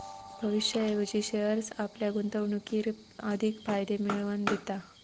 भविष्याऐवजी शेअर्स आपल्या गुंतवणुकीर अधिक फायदे मिळवन दिता